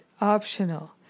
optional